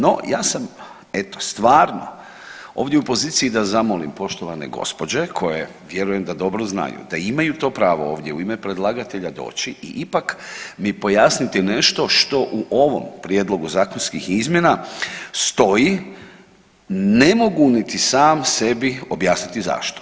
No ja sam eto stvarno ovdje u poziciji da zamolim poštovane gospođe koje vjerujem da dobro znaju da imaju to pravo ovdje u ime predlagatelja doći i ipak mi pojasniti nešto što u ovom prijedlogu zakonskih izmjena stoji, ne mogu niti sam sebi objasniti zašto.